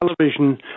television